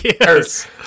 Yes